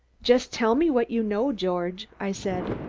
just tell me what you know, george! i said,